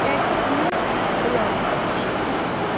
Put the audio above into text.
taxi بُلاو